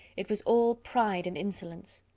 it was all pride and insolence.